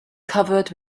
covered